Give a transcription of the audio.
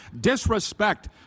disrespect